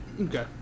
Okay